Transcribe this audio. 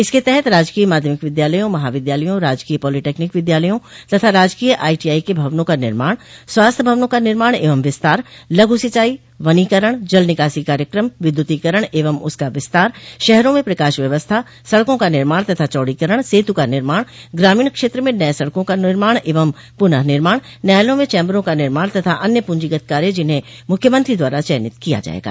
इसके तहत राजकीय माध्यमिक विद्यालयों महाविद्यालयों राजकीय पालिटेक्निक विद्यालयों तथा राजकीय आईटीआई के भवनों का निर्माण स्वास्थ्य भवनों का निर्माण एवं विस्तार लघु सिंचाई वनीकरण जल निकासी कार्यक्रम विद्युतीकरण एवं उसका विस्तार शहरों में प्रकाश व्यवस्था सड़कों का निर्माण तथा चौड़ीकरण सेतु का निर्माण ग्रामीण क्षेत्र में नये सड़कों का निर्माण एवं पुनः निर्माण न्यायालयों में चैम्बरों का निर्माण तथा अन्य पूंजीगत कार्य जिन्हें मुख्यमंत्री द्वारा चयनित किया जायेगा